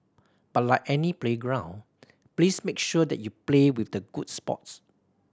but like any playground please make sure that you play with the good sports